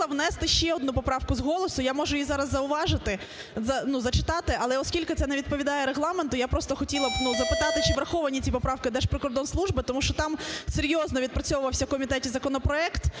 внести ще одну поправку з голосу. Я можу її зараз зауважити, зачитати, але оскільки це не відповідає Регламенту, я просто хотіла б запитати, чи враховані ці поправки Держприкордонслужби. Тому що там серйозно відпрацьовувався в комітеті законопроект,